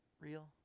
real